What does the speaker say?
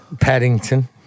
Paddington